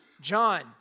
John